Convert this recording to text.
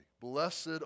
Blessed